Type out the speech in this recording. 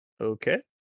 Okay